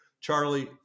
Charlie